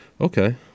Okay